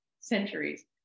Centuries